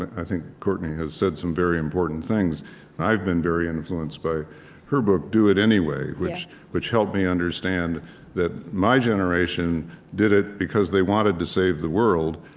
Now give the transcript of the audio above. i think courtney has said some very important things. and i've been very influenced by her book do it anyway, which which helped me understand that my generation did it because they wanted to save the world.